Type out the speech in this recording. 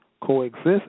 coexist